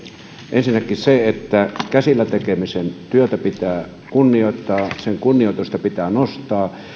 ensinnäkin se että käsillä tekemisen työtä pitää kunnioittaa sen kunnioitusta pitää nostaa